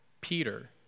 Peter